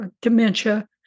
dementia